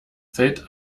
fällt